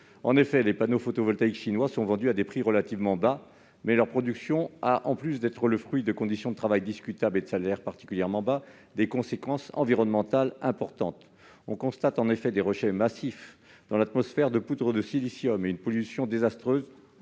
européen. Les panneaux photovoltaïques chinois sont certes vendus à des prix relativement bas, mais leur production a, en plus d'être le fruit de conditions de travail discutables et de salaires particulièrement bas, des conséquences environnementales importantes. On constate en effet des rejets massifs dans l'atmosphère de poudre de silicium et une pollution désastreuse